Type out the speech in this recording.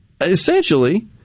essentially